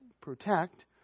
protect